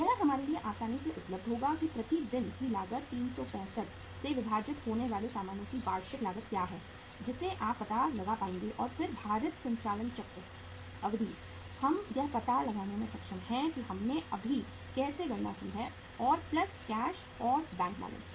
यह हमारे लिए आसानी से उपलब्ध होगा कि प्रति दिन की लागत 365 से विभाजित होने वाले सामानों की वार्षिक लागत क्या है जिसे आप पता लगा पाएंगे और फिर भारित संचालन चक्र अवधि हम यह पता लगाने में सक्षम हैं कि हमने अभी कैसे गणना की है और प्लस कैश और बैंक बैलेंस